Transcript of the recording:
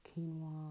quinoa